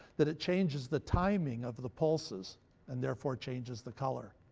that it changes the timing of the pulses and therefore changes the color.